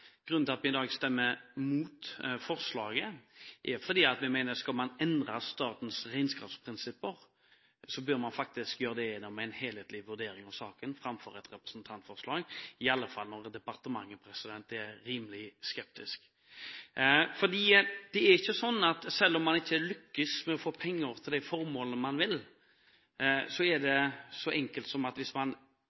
Grunnen til at vi i dag stemmer mot forslaget, er at vi mener at skal man endre statens regnskapsprinsipper, bør man gjøre det etter en helhetlig vurdering av saken framfor på bakgrunn av et representantforslag, iallfall når departementet er rimelig skeptisk. Selv om man ikke lykkes med å få penger til de formålene man vil, er det ikke så enkelt at bare man